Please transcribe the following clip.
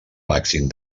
màxim